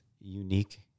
unique